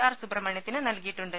R സുബ്രഹ്മണ്യത്തിന് നൽകിയിട്ടുണ്ട്